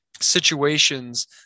situations